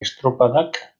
estropadak